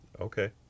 Okay